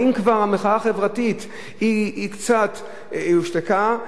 האם המחאה החברתית כבר קצת הושתקה,